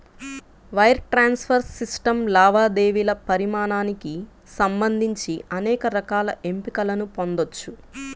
wire transfer system లావాదేవీల పరిమాణానికి సంబంధించి అనేక రకాల ఎంపికలను పొందొచ్చు